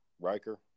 Riker